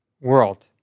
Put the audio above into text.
world